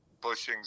bushings